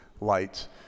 lights